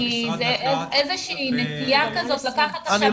זו איזושהי נטייה כזאת לקחת את --- אתה